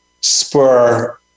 spur